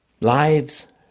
Lives